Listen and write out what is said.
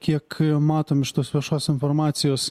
kiek matom iš tos viešos informacijos